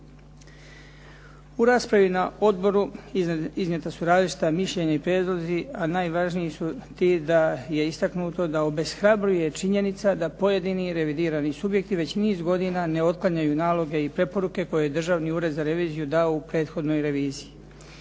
U raspravi na odboru iznijeta su različita mišljenja i prijedlozi, a najvažniji su ti da je istaknuto da obeshrabruje činjenica da pojedini revidirani subjekti već niz godina ne otklanjaju naloge i preporuke koje je Državni ured za reviziju dao u prethodnoj reviziji.